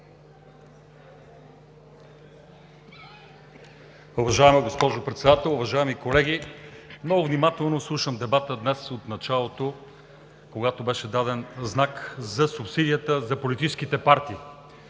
Уважаема госпожо Председател, уважаеми колеги! Много внимателно слушам дебата днес от началото, когато беше даден знак за субсидията за политическите партии.